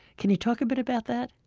can you talk a bit about that?